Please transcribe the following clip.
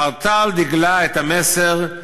חרתה על דגלה את המסר: